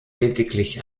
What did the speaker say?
lediglich